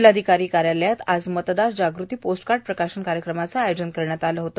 जिल्हाधिकारी कार्यालयात आज मतदार जागृती पोस्टकार्ड प्रकाशन कार्यक्रमाचे आयोजन करण्यात आले होते